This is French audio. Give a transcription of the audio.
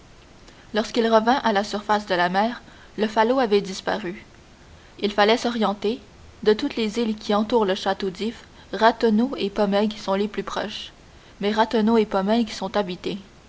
lorsqu'il revint à la surface de la mer le falot avait disparu il fallait s'orienter de toutes les îles qui entourent le château d'if ratonneau et pomègue sont les plus proches mais ratonneau et pomègue sont habitées